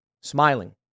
smiling